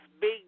big